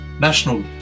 National